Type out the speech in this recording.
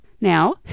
now